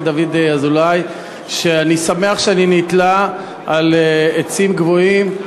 דוד אזולאי שאני שמח שאני נתלה בעצים גבוהים,